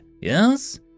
yes